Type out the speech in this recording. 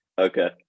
okay